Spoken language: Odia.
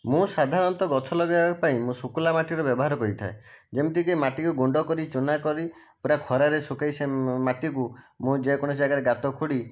ମୁଁ ସାଧାରଣତଃ ଗଛ ଲଗାଇବା ପାଇଁ ମୁଁ ଶୁଖିଲା ମାଟିର ବ୍ୟବହାର କରିଥାଏ ଯେମିତି କି ମାଟିକି ଗୁଣ୍ଡ କରି ଚୂନା କରି ପୁରା ଖରାରେ ଶୁଖାଇ ସେ ମାଟିକୁ ମୁଁ ଯେକୌଣସି ଜାଗାରେ ଗାତ ଖୋଳି